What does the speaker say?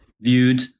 viewed